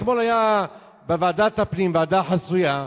אתמול היתה בוועדת הפנים ועדה חסויה.